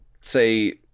say